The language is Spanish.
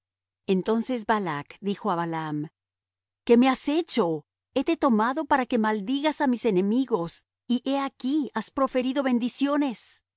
entonces balac dijo á balaam qué me has hecho hete tomado para que maldigas á mis enemigos y he aquí has proferido bendiciones